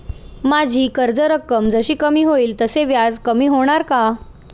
माझी कर्ज रक्कम जशी कमी होईल तसे व्याज कमी होणार का?